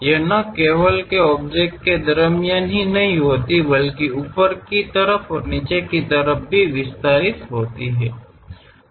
ये न केवल ऑब्जेक्ट की दरमयन हि नहीं होती बल्कि ऊपर की तरफ और नीचे की तरफ भी विस्तारित होती हैं